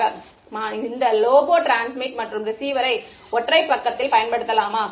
மாணவர் இந்த லோபோ டிரான்ஸ்மிட் மற்றும் ரிசீவரை ஒற்றை பக்கத்தில் பயன்படுத்தலாமா